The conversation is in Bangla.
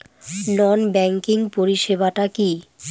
নন ব্যাংকিং পরিষেবা টা কি?